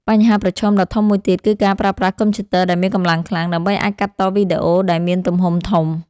បញ្ហាប្រឈមដ៏ធំមួយទៀតគឺការប្រើប្រាស់កុំព្យូទ័រដែលមានកម្លាំងខ្លាំង ដើម្បីអាចកាត់តវីដេអូដែលមានទំហំធំ។